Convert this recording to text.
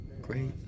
Great